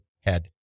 Head